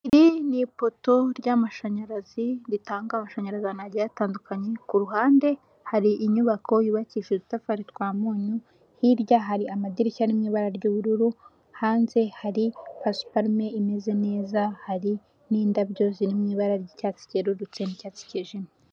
Iri ni ipoto ry'amashanyarazi ritanga amashanyarazi ahantu hagiye hatandukanye, ku ruhande hari inyubako yubakishije udutafari twa munyu, hirya hari amadirishya ari mu ibara ry'ubururu, hanze hari pasuparume imeze neza, hari n'indabyo ziri mu ibara ry'icyatsi cyererutse n'icyatsi kijimye.